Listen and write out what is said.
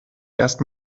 erst